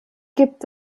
gibt